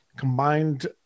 Combined